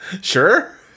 Sure